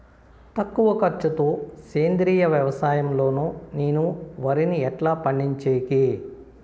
తక్కువ ఖర్చు తో సేంద్రియ వ్యవసాయం లో నేను వరిని ఎట్లా పండించేకి?